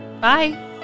Bye